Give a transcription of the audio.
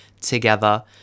together